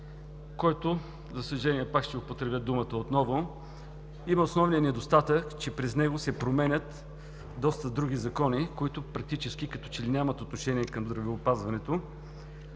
който, за съжаление, пак ще употребя думата отново, има основния недостатък, че през него се променят доста други закони, които практически като че ли нямат отношение към здравеопазването.